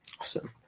Awesome